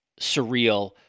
surreal